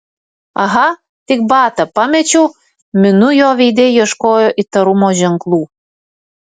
aha tik batą pamečiau minu jo veide ieškojo įtarumo ženklų